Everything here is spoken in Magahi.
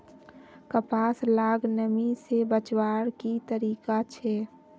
कपास लाक नमी से बचवार की तरीका छे?